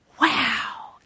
Wow